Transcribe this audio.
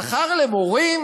שכר למורים?